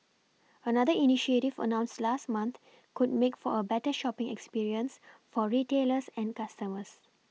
another initiative announced last month could make for a better shopPing experience for retailers and customers